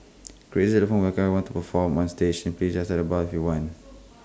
crazy elephant welcomes everyone to perform on stage please tell the bar if you want